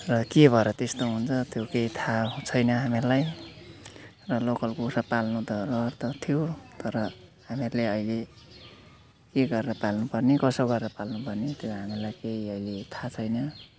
र के भएर त्यस्तो हुन्छ त्यो केही थाह छैन हामीहरूलाई लोकल कुखुरा पाल्नु त रहर त थियो तर हामीहरूले अहिले के गरेर पाल्नुपर्ने कसो गरेर पाल्नुपर्ने त्यो हामीहरूलाई केही अहिले थाह छैन